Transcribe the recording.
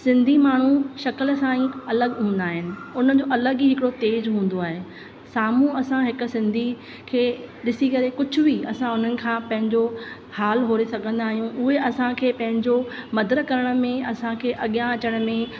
सिन्धी माण्हू शिकिल सां अलॻि हून्दा आहिनि हुननि जो अलॻि ई हिकिड़ो तेज़ु हून्दो आहे साम्हूं असां हिक सिन्धी खे ॾिसी करे कुझु बि असां हुननि खां पंहिंजो हालु ओरे सघंदा आहियूं उहे असांखे पंहिंजो मदद करण में असांखे अॻियां अचण में